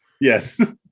Yes